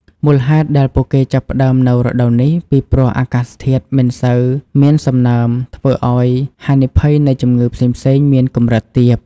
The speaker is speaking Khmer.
មូលហេតុដែលពួកគេចាប់ផ្តើមនៅរដូវនេះ ពីព្រោះអាកាសធាតុមិនសូវមានសំណើម ធ្វើឲ្យហានិភ័យនៃជំងឺផ្សេងៗមានកម្រិតទាប។